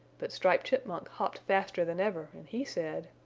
but striped chipmunk hopped faster than ever and he said